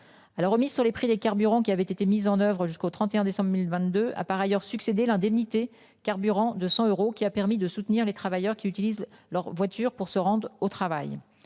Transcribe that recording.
Alors remise sur les prix des carburants qui avaient été mises en oeuvre jusqu'au 31 décembre 1022 a par ailleurs succédé l'indemnité carburant de 100 euros qui a permis de soutenir les travailleurs qui utilisent leur voiture pour se rendre au travail.